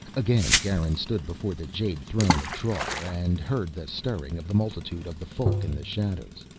again garin stood before the jade throne of trar and heard the stirring of the multitude of the folk in the shadows.